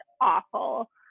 awful